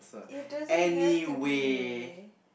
it doesn't have to be